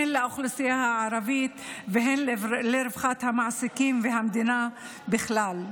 הן לאוכלוסייה הערבית והן לרווחת המעסיקים והמדינה ככלל.